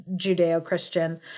Judeo-Christian